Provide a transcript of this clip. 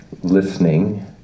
listening